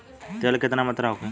तेल के केतना मात्रा होखे?